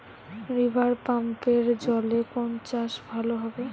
রিভারপাম্পের জলে কোন চাষ ভালো হবে?